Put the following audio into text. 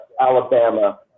Alabama